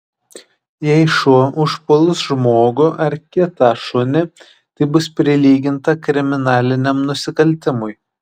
jei šuo užpuls žmogų ar kitą šunį tai bus prilyginta kriminaliniam nusikaltimui